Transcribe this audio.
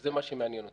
וזה מה שמעניין אותי.